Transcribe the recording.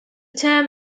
term